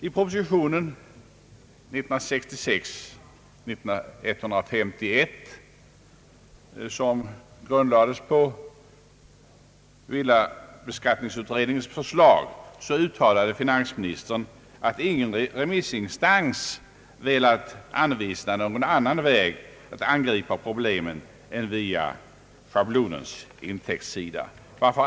I propositionen nr 151 till 1966 års riksdag, vilken grundades på villabeskattningsutredningens förslag, uttalade finansministern, att ingen remissinstans velat anvisa någon annan väg att angripa problem än via schablonens intäktsida.